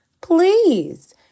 Please